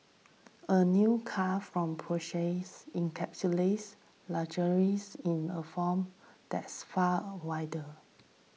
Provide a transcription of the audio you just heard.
a new car from Porsche encapsulates luxuries in a form that's far wilder